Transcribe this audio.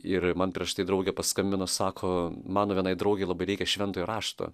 ir man prieš tai draugė paskambino sako mano viena draugė labai reikia šventojo rašto